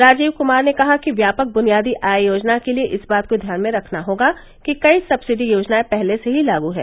राजीव कुमार ने कहा कि व्यापक बुनियादी आय योजना के लिए इस बात को ध्यान में रखना होगा कि कई सब्सिडी योजनाएं पहले से ही लागू हैं